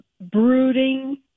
brooding